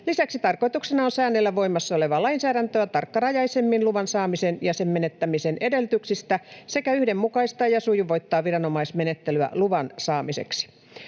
Lisäksi tarkoituksena on säännellä voimassa olevaa lainsäädäntöä tarkkarajaisemmin luvan saamisen ja sen menettämisen edellytyksistä sekä yhdenmukaistaa ja sujuvoittaa viranomaismenettelyä luvan saamiseksi.